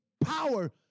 power